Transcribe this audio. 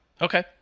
Okay